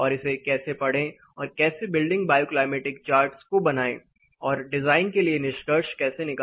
और इसे कैसे पढ़ें और कैसे बिल्डिंग बायोक्लाइमेटिक चार्टस को बनाएं और डिजाइन के लिए निष्कर्ष कैसे निकालें